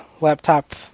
laptop